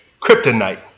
Kryptonite